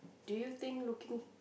do you think looking